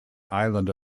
island